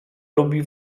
lubi